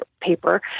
paper